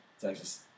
Texas